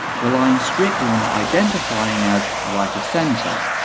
relying strictly on their identifying as right of centre'.